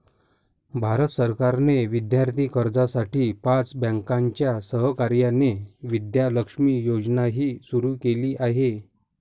भारत सरकारने विद्यार्थी कर्जासाठी पाच बँकांच्या सहकार्याने विद्या लक्ष्मी योजनाही सुरू केली आहे